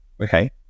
okay